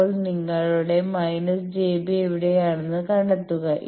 ഇപ്പോൾ നിങ്ങളുടെ − j B എവിടെയാണെന്ന് കണ്ടെത്തുക